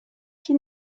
qui